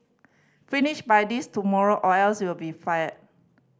finish by this tomorrow or else you'll be fired